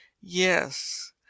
yes